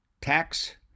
tax